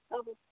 ᱚ